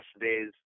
days